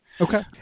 Okay